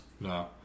no